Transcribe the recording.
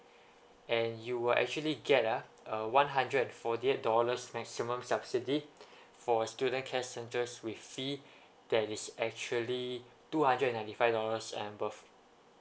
and you will actually get ah uh one hundred and forty eight dollars maximum subsidy for a student care centers with fee that is actually two hundred and ninety five dollars and above